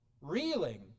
Reeling